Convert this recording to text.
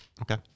Okay